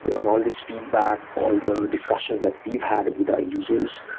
on all these feedback, all the discussion that we've had with our users,